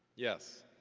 yes,